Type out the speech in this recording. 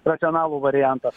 racionalų variantą